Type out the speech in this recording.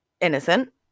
innocent